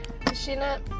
sheena